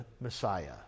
Messiah